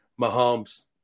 Mahomes